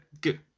Good